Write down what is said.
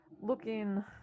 looking